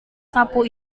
sapu